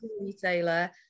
retailer